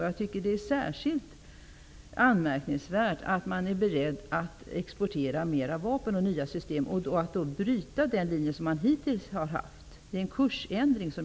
Jag tycker att det är särskilt anmärkningsvärt att regeringen är beredd att exportera fler vapen och nya system och bryta den linje man hittills har haft. Det är en kursändring.